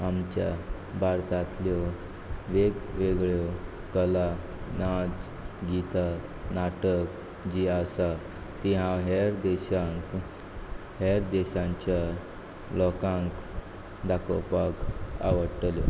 आमच्या भारतातल्यो वेगवेगळ्यो कला नाच गितां नाटक जीं आसा तीं हांव हेर देशांक हेर देशांच्या लोकांक दाखोवपाक आवडटल्यो